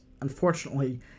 unfortunately